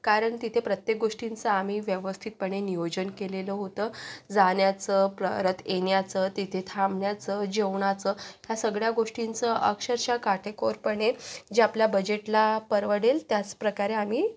कारण तिथे प्रत्येक गोष्टींचा आम्ही व्यवस्थितपणे नियोजन केलेलं होतं जाण्याचं परत येण्याचं तिथे थांबण्याचं जेवणाचं ह्या सगळ्या गोष्टींचं अक्षरशः काटेकोरपणे जे आपल्या बजेटला परवडेल त्याच प्रकारे आम्ही